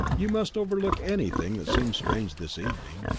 you must overlook anything that seems strange this evening.